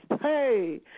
Hey